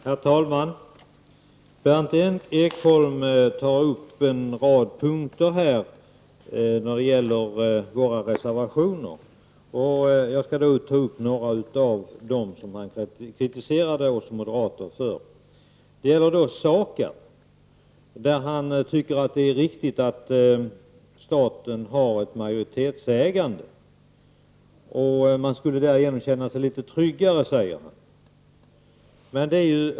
Herr talman! Berndt Ekholm kommenterade våra reservationer på en rad punkter, och jag skall ta upp något av den kritik som han riktade mot oss moderater. Berndt Ekholm tycker att det är riktigt att staten har ett majoritetsägande i SAKAB. Man skulle därigenom känna sig litet tryggare, säger han.